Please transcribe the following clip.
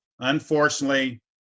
Unfortunately